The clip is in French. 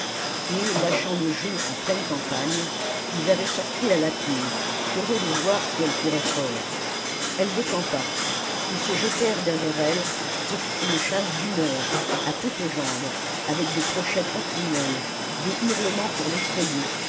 et lâchant le jeu en pleine campagne ils avaient sorti la lapine curieux de voir si elle courait fort elle décampa ils se jetèrent derrière elle ce fut une chasse d'une heure à toutes jambes avec des crochets continuels des hurlements pour l'effrayer